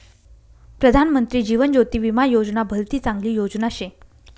प्रधानमंत्री जीवन ज्योती विमा योजना भलती चांगली योजना शे